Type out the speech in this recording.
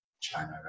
China